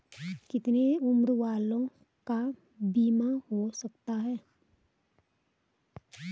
कितने उम्र वालों का बीमा हो सकता है?